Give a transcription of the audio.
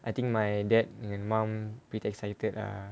I think my dad and mum pretty excited ah